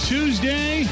Tuesday